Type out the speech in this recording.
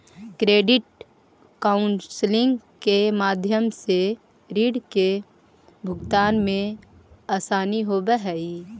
credit counselling के माध्यम से रीड के भुगतान में असानी होवऽ हई